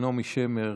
של נעמי שמר,